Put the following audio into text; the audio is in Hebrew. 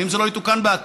אם זה לא יתוקן בעתיד,